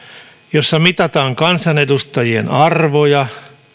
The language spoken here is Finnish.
jossa mitataan kansanedustajien arvoja